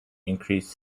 increased